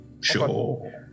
Sure